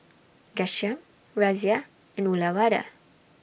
Ghanshyam Razia and Uyyalawada